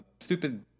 stupid